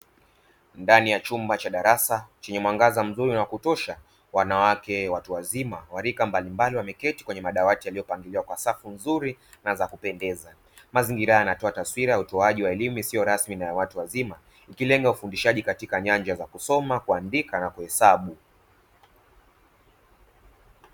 Ndani ya chumba cha darasa chenye mwangaza mzuri na wakutosha wanawake watu wazima wa rika mbalimbali wameketi kwenye madawati yaliyo pangiliwa kwa safu nzuri nazakupendeza, mazingira haya yanatoa taswira ya elimu isiyo rasmi na yawatu wazima ikilenga ufundishaji katika nyanja za kusoma, kuandika na kuhesabu.